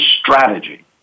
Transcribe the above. strategy